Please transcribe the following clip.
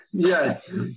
Yes